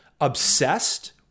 obsessed